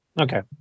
Okay